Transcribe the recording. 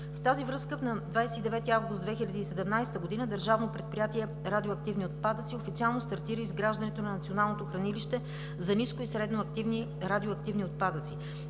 В тази връзка на 29 август 2017 г. държавно предприятие „Радиоактивни отпадъци“ официално стартира изграждането на националното хранилище за ниско и средноактивни радиоактивни отпадъци.